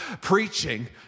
preaching